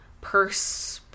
purse